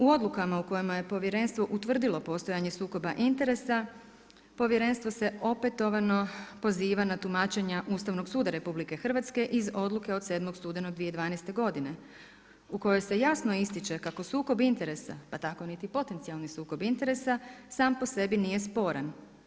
U odlukama u kojima je Povjerenstvo utvrdilo postojanje sukoba interesa Povjerenstvo se opetovano poziva na tumačenja Ustavnog suda Republike Hrvatske iz odluke od 7. studenog 2012. godine u kojoj se jasno ističe kako sukob interesa, pa tako niti potencijalni sukob interesa sam po sebi nije sporan.